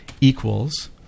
Equals